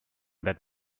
that